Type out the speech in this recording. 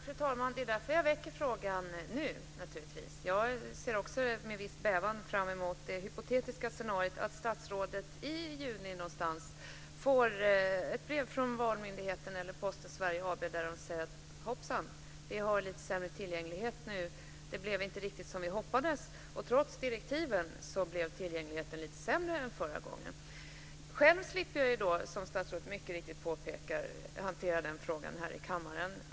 Fru talman! Det är därför som jag väcker frågan nu. Jag ser med viss bävan fram emot det hypotetiska scenariot att statsrådet i juni får ett brev från valmyndigheten eller Posten AB där man säger: Hoppsan! Tillgängligheten är lite sämre nu. Det blev inte riktigt som vi hoppades. Trots direktiven blev tillgängligheten lite sämre än förra gången. Själv slipper jag då, som statsrådet mycket riktigt påpekade, hantera den frågan här i kammaren.